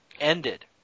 ended